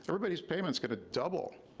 everybody's payments gonna double,